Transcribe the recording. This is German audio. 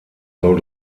soll